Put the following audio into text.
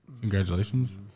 Congratulations